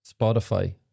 Spotify